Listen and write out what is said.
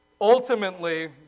Ultimately